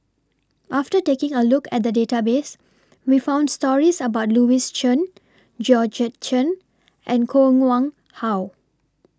after taking A Look At The Database We found stories about Louis Chen Georgette Chen and Koh Nguang How